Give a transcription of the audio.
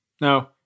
No